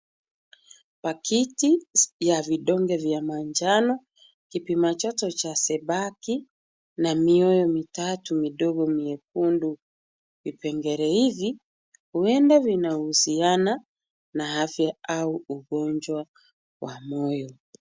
Pakiti ya vidonge vya manjano, kipima joto cha sebaki na miyoyo mitatu midogo miekundu. Vipengele hivi huenda vinahusiana na afya au ugonjwa wa moyo.